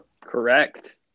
Correct